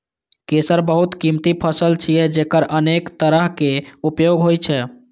केसर बहुत कीमती फसल छियै, जेकर अनेक तरहक उपयोग होइ छै